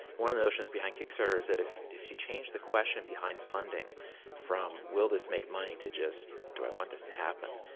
one of the notions behind kickstarter is that if if you change the question behind funding from will this make money? to just do i want this to happen?